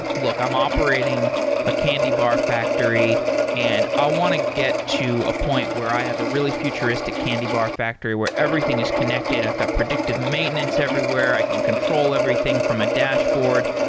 look, i'm operating a candy bar factory and i want to get to a point where i have a really futuristic candy bar factory where everything is connected. i've got predictive maintenance everywhere. i can control everything from a dashboard.